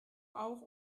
auch